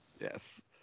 Yes